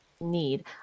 need